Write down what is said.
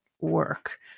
work